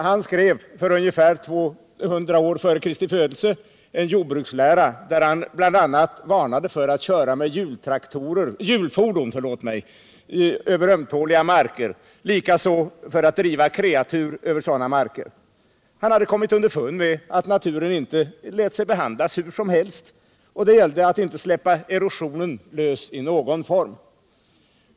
Han skrev ungefär 200 år före Kristi födelse en jordbrukslära, där han bl.a. varnade för att köra med hjulfordon över ömtåliga marker, likaså för att driva kreatur över sådana marker. Han hade kommit underfund med att naturen inte lät sig behandlas hur som helst. Det gällde att inte släppa erosionen lös i någon form.